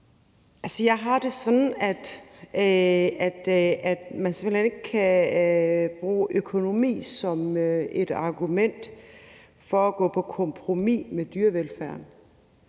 Jeg har det sådan, at man ikke kan bruge økonomi som et argument for at gå på kompromis med dyrevelfærden.